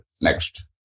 Next